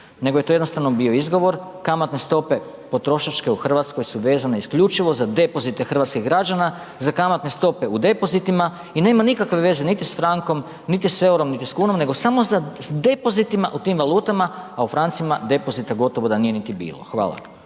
nego je to jednostavno bio izgovor. Kamatne stope potrošačke u Hrvatskoj su vezane isključivo za depozite hrvatskih građana za kamatne stope u depozitima i nema nikakve veze niti s frankom, niti s EUR-om, niti s kunom nego samo za depozitima u tim valutama, a u francima depozita gotovo da nije niti bilo. Hvala.